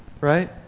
Right